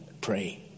pray